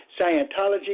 Scientology